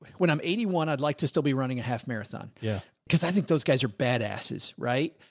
when i'm eighty one, i'd like to still be running a half marathon. yeah cause i think those guys are bad asses, right?